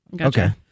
Okay